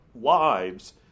lives